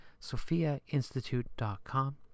sophiainstitute.com